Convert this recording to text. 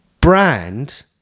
brand